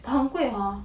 but 很贵 hor